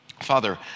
Father